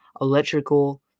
electrical